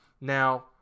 now